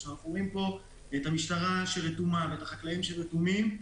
כשאנחנו רואים פה את המשטרה שרתומה ואת החקלאים שרתומים,